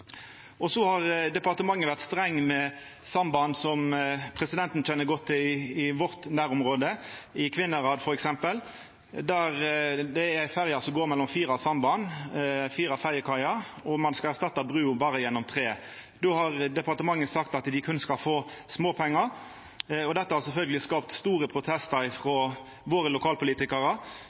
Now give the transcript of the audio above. Så har departementet vore strengt med samband, som presidenten kjenner godt til i vårt nærområde – i Kvinnherad f.eks. Det er ei ferje som går mellom fire ferjekaier, og ein skal erstatta brua mellom berre tre. Då har departementet sagt at dei berre skal få småpengar. Dette har sjølvsagt skapt store protestar frå våre lokalpolitikarar.